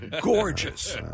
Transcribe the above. gorgeous